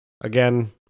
again